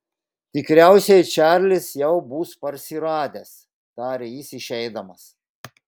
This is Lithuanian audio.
tikriausiai čarlis jau bus parsiradęs tarė jis išeidamas